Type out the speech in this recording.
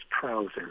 trousers